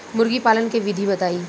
मुर्गी पालन के विधि बताई?